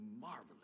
marvelous